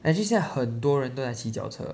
actually 现在很多人都在骑脚车